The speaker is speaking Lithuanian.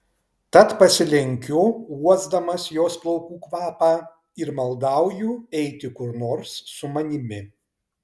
tad pasilenkiu uosdamas jos plaukų kvapą ir maldauju eiti kur nors su manimi